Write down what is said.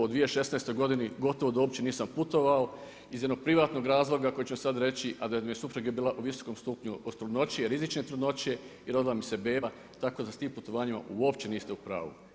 U 2016. godini gotovo da uopće nisam putovao iz jednog privatnog razloga koji ću vam sad reći, a da mi je supruga bila u visokom stupnju trudnoće, rizične trudnoće i rodila mi se beba tako da s tim putovanjima uopće niste u pravu.